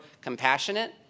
compassionate